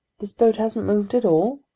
this boat hasn't moved at all?